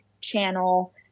channel